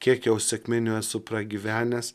kiek jau sekminių esu pragyvenęs